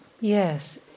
Yes